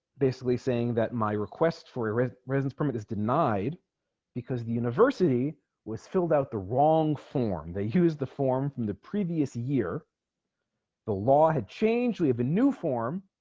basically saying that my request for a residence permit is denied because the university was filled out the wrong form they used the form from the previous year the law had changed we have a new form